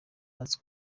banze